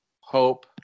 Hope